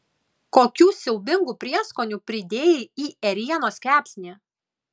kokių siaubingų prieskonių pridėjai į ėrienos kepsnį